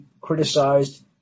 criticized